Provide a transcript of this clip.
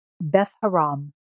Beth-Haram